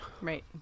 Right